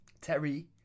Terry